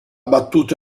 battuto